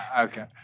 okay